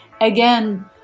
again